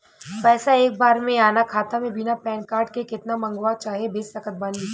पैसा एक बार मे आना खाता मे बिना पैन कार्ड के केतना मँगवा चाहे भेज सकत बानी?